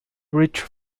reached